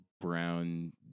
brown